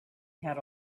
had